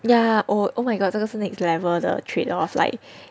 ya oh my god 这个是 next level 的 trade off like